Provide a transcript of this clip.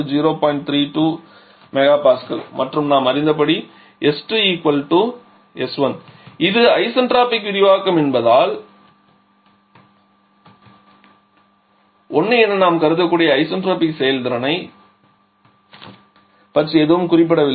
32 MPa மற்றும் நாம் அறிந்தப் படி s2 s1 இது ஐசென்ட்ரோபிக் விரிவாக்கம் என்பதால் 1 என நாம் கருதக்கூடிய ஐசென்ட்ரோபிக் செயல்திறனைப் பற்றி எதுவும் குறிப்பிடப்படவில்லை